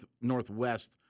northwest